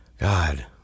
God